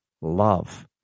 love